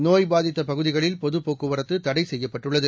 நோய்பாதித்தபகு திகளில்பொதுபோக்குவரத்துதடைசெய்யப்பட்டுள்ளது